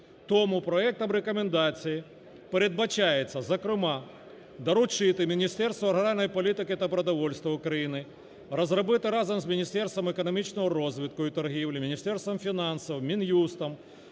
Тому проектом рекомендацій передбачається, зокрема, доручити Міністерству аграрної політики та продовольства України розробити разом з Міністерством економічного розвитку і торгівлі, Міністерством фінансів, Мін'юстом